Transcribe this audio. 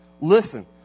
Listen